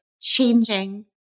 changing